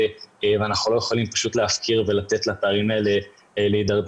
ואנחנו לא יכולים להפקיר אותם ולתת לדברים האלה להידרדר.